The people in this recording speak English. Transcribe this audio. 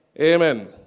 Amen